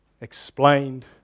explained